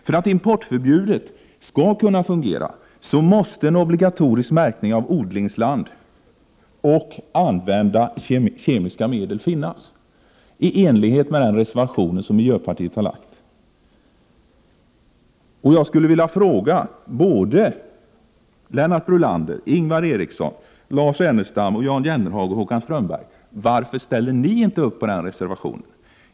För att importförbudet skall kunna fungera måste en obligatorisk märkning av odlingsland och använda kemiska medel finnas, i enlighet med den reservation som miljöpartiet har avgivit. Jag skulle vilja fråga både Lennart Brunander, Ingvar Eriksson, Lars Ernestam, Jan Jennehag och Håkan Strömberg: Varför tillstyrker ni inte reservationen?